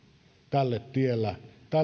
tälle tielle